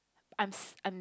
I'm s~ I'm